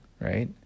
right